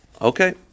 Okay